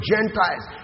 Gentiles